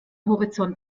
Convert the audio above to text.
horizont